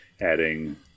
adding